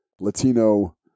Latino